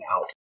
out